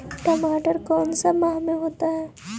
टमाटर कौन सा माह में होता है?